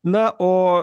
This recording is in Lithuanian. na o